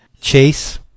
Chase